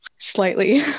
Slightly